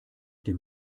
dem